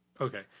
Okay